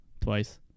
twice